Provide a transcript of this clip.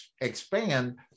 expand